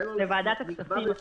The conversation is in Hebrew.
לוועדת הכספים.